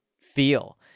feel